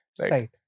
Right